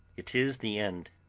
it is the end!